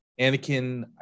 Anakin